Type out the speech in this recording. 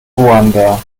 ruanda